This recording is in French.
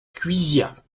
cuisiat